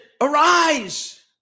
arise